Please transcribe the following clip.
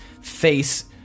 face